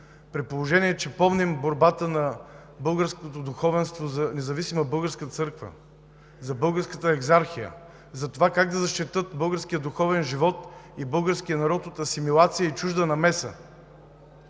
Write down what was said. при положение че помним борбата на българското духовенство за независима българска църква, за Българската екзархия, за това как да защитят българския духовен живот и българския народ от асимилация и чужда намеса?!